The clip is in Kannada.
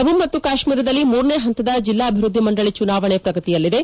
ಜಮ್ಮು ಮತ್ತು ಕಾಶ್ಮೀರದಲ್ಲಿ ಮೂರನೇ ಹಂತದ ಜಿಲ್ಲಾ ಅಭಿವೃದ್ದಿ ಮಂಡಳಿ ಚುನಾವಣೆ ಪ್ರಗತಿಯಲ್ಲಿದೆ